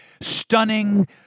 stunning